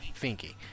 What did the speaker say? Finky